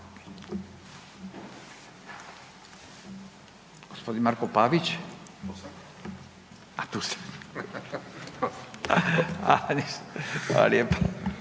gospodin Marko Pavić.